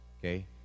okay